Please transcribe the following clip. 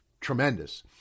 tremendous